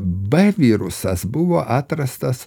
b virusas buvo atrastas